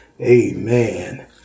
Amen